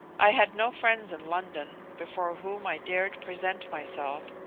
i had no friends in london before whom i dared present myself,